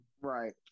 Right